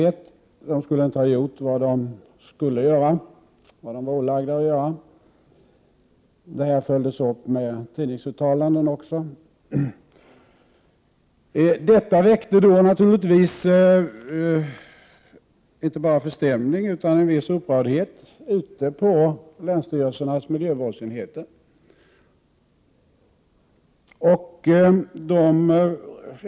De skulle inte ha gjort vad de är ålagda att göra. Det följdes upp med tidningsuttalanden också. Detta väckte naturligtvis inte bara förstämning utan en viss upprördhet på länsstyrelsernas naturvårdsenheter.